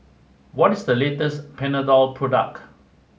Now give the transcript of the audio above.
what is the latest Panadol product